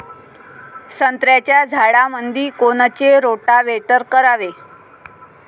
संत्र्याच्या झाडामंदी कोनचे रोटावेटर करावे?